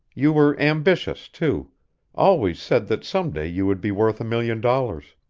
you were ambitious, too always said that some day you would be worth a million dollars.